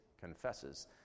confesses